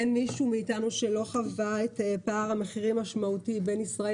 אין מישהו מאיתנו שלא חווה את פער המחירים המשמעותי בין ישראל